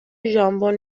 ژامبون